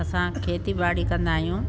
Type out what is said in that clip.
असां खेती ॿाड़ी कंदा आहियूं